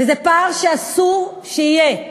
וזה פער שאסור שיהיה,